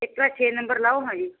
ਇੱਕ ਆ ਛੇ ਨੰਬਰ ਲਾਹੋ ਹਾਂਜੀ